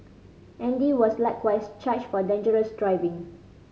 Andy was likewise charged for dangerous driving